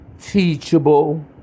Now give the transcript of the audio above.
teachable